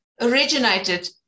originated